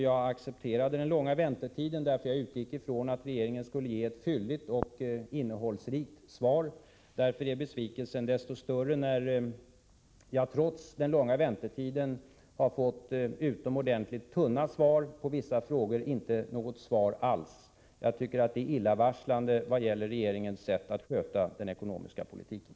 Jag accepterade den långa väntetiden, därför att jag utgick ifrån att det från regeringens sida skulle ges ett fylligt och innehållsrikt svar. Besvikelsen är desto större när jag trots den långa väntetiden har fått utomordentligt tunna svar, på vissa frågor inte något svar alls. Jag tycker att det är illavarslande vad gäller regeringens sätt att sköta den ekonomiska politiken.